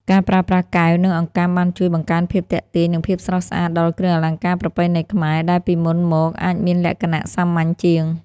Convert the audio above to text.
ការប្រើប្រាស់កែវ និងអង្កាំបានជួយបង្កើនភាពទាក់ទាញ និងភាពស្រស់ស្អាតដល់គ្រឿងអលង្ការប្រពៃណីខ្មែរ ដែលពីមុនមកអាចមានលក្ខណៈសាមញ្ញជាង។